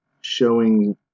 showing